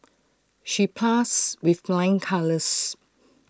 she passed with flying colours